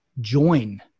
join